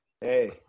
Hey